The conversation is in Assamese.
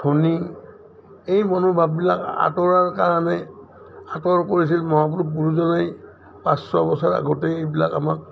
ধনী এই মনোভাৱবিলাক আঁতৰাৰ কাৰণে আঁতৰ কৰিছিল মহাপুৰুষ গুৰুজনাই পাঁচশ বছৰ আগতে এইবিলাক আমাক